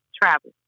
travel